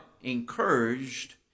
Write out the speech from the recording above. encouraged